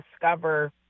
discover